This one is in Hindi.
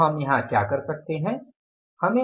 अब हम यहाँ क्या कर सकते हैं